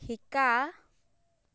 শিকা